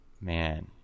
Man